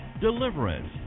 Deliverance